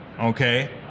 okay